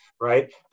right